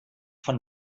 von